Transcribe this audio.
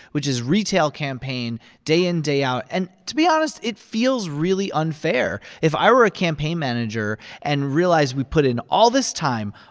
which is retail campaign day in, day out. and to be honest, it feels really unfair. if i were a campaign manager and realized we put in all this time,